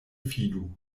fidu